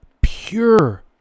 pure